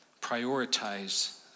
prioritize